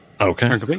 okay